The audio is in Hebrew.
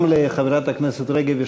גם לחברת הכנסת רגב,